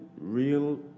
real